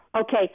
Okay